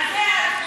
על זה את מודה,